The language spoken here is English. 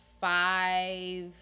five